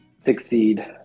succeed